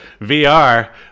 VR